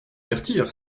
avertir